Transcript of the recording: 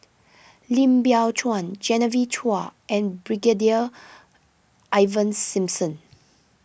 Lim Biow Chuan Genevieve Chua and Brigadier Ivan Simson